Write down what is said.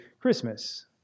Christmas